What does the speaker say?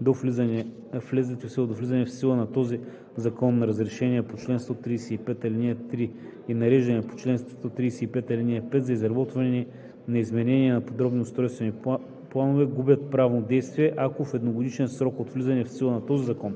до влизането в сила на този закон разрешения по чл. 135, ал. 3 и нареждания по чл. 135, ал. 5 за изработване на изменения на подробни устройствени планове губят правно действие, ако в едногодишен срок от влизането в сила на този закон